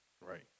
Right